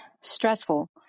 stressful